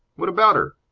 what about her?